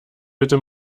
bitte